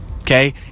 Okay